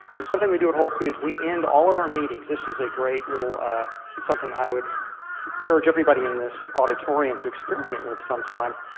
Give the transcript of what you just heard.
there's something we do at whole foods, we end all of our meetings this is a great little something i would urge everybody in this auditorium to experiment with some time.